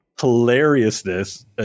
hilariousness